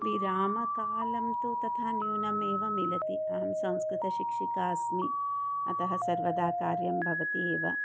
विरामकालं तु तथा न्यूनमेव मिलति अहं संस्कृतशिक्षिका अस्मि अतः सर्वदा कार्यं भवति एव